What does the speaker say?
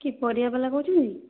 କିଏ ପରିବାବାଲା କହୁଛନ୍ତି